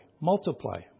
multiply